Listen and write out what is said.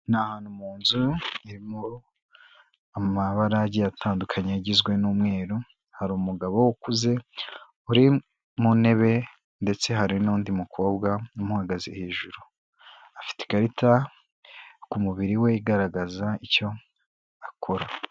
Ni ahantu mu nzu irimo amabara agiye atandukanye agizwe n'umweru, hari umugabo ukuze uri mu ntebe ndetse hari n'undi mukobwa umuhagaze hejuru, afite ikarita ku mubiri we igaragaza icyo akora.